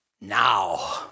now